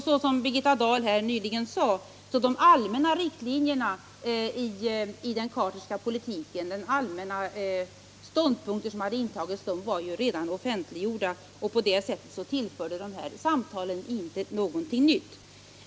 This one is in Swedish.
= Såsom Birgitta Dahl här sade var ju de allmänna riktlinjerna och stånd punkterna i den Carterska politiken redan offentliggjorda. På det sättet tillförde dessa samtal inte någonting nytt.